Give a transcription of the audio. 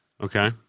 Okay